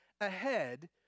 ahead